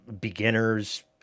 beginners